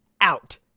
out